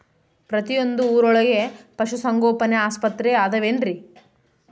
ಪ್ರತಿಯೊಂದು ಊರೊಳಗೆ ಪಶುಸಂಗೋಪನೆ ಆಸ್ಪತ್ರೆ ಅದವೇನ್ರಿ?